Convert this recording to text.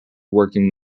working